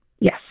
Yes